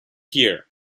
here